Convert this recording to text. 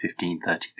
1533